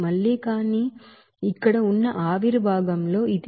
మళ్ళీ కానీ ఇక్కడ ఉన్న ఆవిరి భాగం లో ఇది